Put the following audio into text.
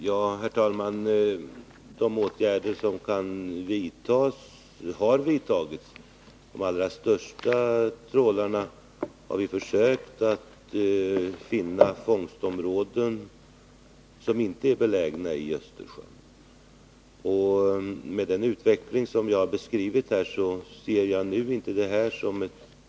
Herr talman! De åtgärder som kan vidtas har vidtagits. För de allra största trålarna har vi försökt att finna fångstområden som inte är belägna i Östersjön. Mot bakgrund av den utveckling som jag har beskrivit här ser jag nu inte detta som ett problem.